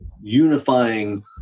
unifying